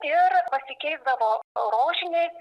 ir pasikeisdavo rožiniais